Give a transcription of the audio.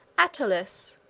attalus,